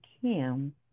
Kim